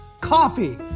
coffee